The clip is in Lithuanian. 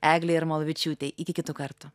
eglei jarmalavičiūtei iki kitų kartų